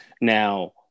Now